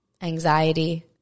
anxiety